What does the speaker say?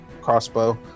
crossbow